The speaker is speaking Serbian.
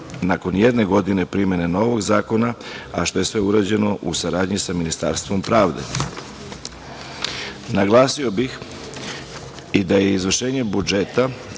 nakon jedne godine primene novog zakona, a što je sve urađeno u saradnji sa Ministarstvom pravde. Naglasio bih i da je izvršenje budžeta